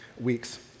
weeks